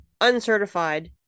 uncertified